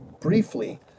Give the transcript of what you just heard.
briefly